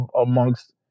amongst